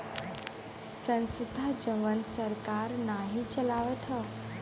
संस्था जवन सरकार नाही चलावत हौ